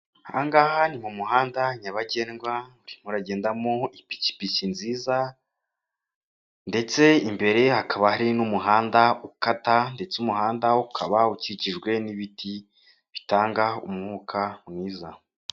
Ahangaha ni mu muhanda nyabagendwa, urimo uragendemo ipikipiki nziza, ndetse imbere hakaba hari n'umuhanda ukata ndetse umuhanda ukaba ukikijwe n'ibiti bitanga umwuka mwiza.